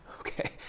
Okay